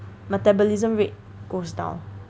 metabolism rate goes down